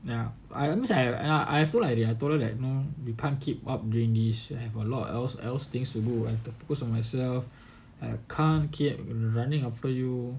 yup I that means I feel like I told her you know we can't keep up during this I got a lot of else things to do like I have to focus on myself I can't keep running after you